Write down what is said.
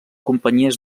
companyies